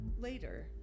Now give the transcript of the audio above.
Later